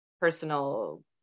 personal